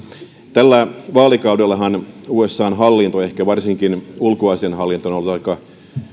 tällä vaalikaudellahan usan hallinto ehkä varsinkin ulkoasiainhallinto on ollut aika